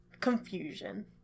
confusion